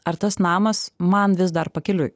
ar tas namas man vis dar pakeliui